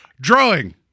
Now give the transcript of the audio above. Drawing